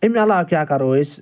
أمۍ علاوٕ کیٛاہ کَرَو أسۍ